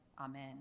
Amen